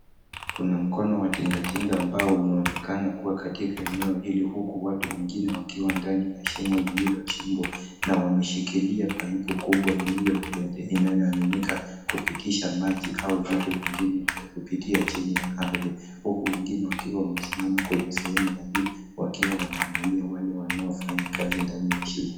Kuna mkono wa tinga tinga ambao unaonekana kuwa katika eneo hili huku watu wengine wakiwa ndani ya shimo lililochimbwa na wameshikilia pipu kubwa inayoaminika kupitisha maji au vitu vingine kupitia chini ya ardhi huku wengine wakiwa wamesimama kwenye sehemu ya juu wakiwa wanaangalia wale wanaofanya kazi ndani ya shimo.